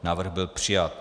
Návrh byl přijat.